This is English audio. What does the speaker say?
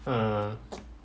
err